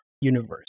universe